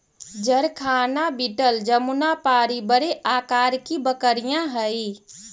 जरखाना बीटल जमुनापारी बड़े आकार की बकरियाँ हई